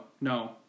no